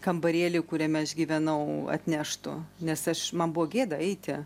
kambarėlį kuriame aš gyvenau atneštų nes aš man buvo gėda eiti